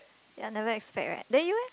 ya never expect right then you eh